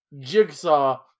Jigsaw